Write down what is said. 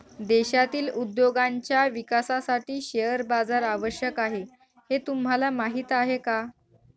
देशातील उद्योगांच्या विकासासाठी शेअर बाजार आवश्यक आहे हे तुम्हाला माहीत आहे का?